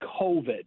COVID